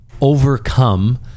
overcome